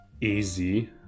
easy